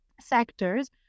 sectors